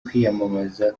kwiyamamaza